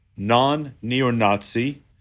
non-neo-Nazi